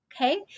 Okay